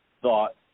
thought